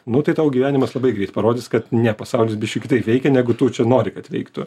nu tai tau gyvenimas labai greit parodys kad ne pasaulis biškį kitaip veikia negu tu čia nori kad veiktų